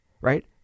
right